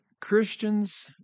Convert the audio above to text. Christians